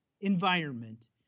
environment